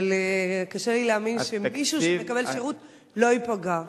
אבל קשה לי להאמין שמישהו שמקבל שירות לא ייפגע.